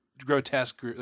Grotesque